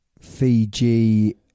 Fiji